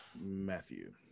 Matthew